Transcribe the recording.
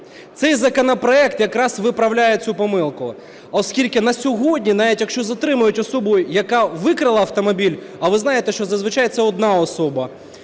Цей законопроект якраз і вправляє цю помилку. Оскільки на сьогодні, навіть якщо затримають особу, яка викрала автомобіль, а ви знаєте що зазвичай, це одна особа,